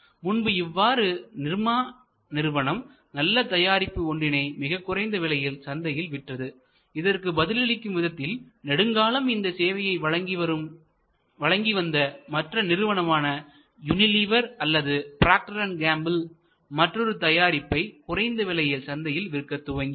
முன்பு இவ்வாறு நிர்மா நிறுவனம் நல்ல தயாரிப்பு ஒன்றினை மிகக் குறைந்த விலையில் சந்தையில் விற்றது இதற்கு பதிலளிக்கும் விதத்தில் நெடுங்காலம் இந்த சேவையை வழங்கி வந்த மற்ற நிறுவனமான யூனிலீவர் அல்லது ப்ராக்டர் அண்ட் கேம்பில் மற்றொரு தயாரிப்பை குறைந்த விலையில் சந்தையில் விற்கத் துவங்கியது